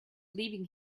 leaving